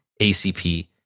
ACP